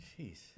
Jeez